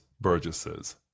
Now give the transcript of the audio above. burgesses